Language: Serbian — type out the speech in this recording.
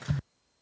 Hvala,